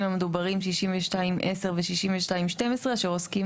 המדוברים 62(10) ו-62(12) אשר עוסקים